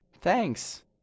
Thanks